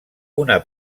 una